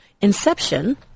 Inception